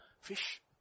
Fish